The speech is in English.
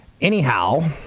Anyhow